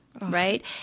right